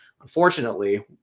unfortunately